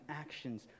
actions